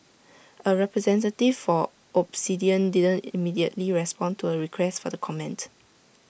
A representative for Obsidian didn't immediately respond to A request for the comment